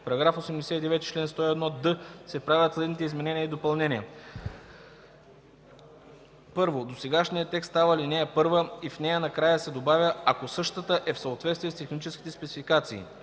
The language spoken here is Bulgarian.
§ 89: „§ 89. Член 101д се правят следните изменения и допълнения: 1. Досегашният текст става ал. 1 и в нея накрая се добавя „ако същата е в съответствие с техническите спецификации”.